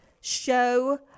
Show